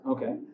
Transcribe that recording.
Okay